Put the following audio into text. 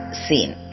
scene